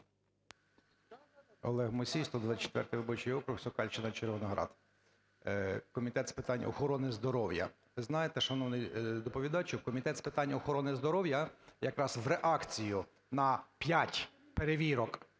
Олег Мусій, 124 виборчий округ, Сокальщина, Червоноград, Комітет з питань охорони здоров'я. Ви знаєте, шановний доповідачу, Комітет з питань охорони здоров'я якраз в реакцію на 5 перевірок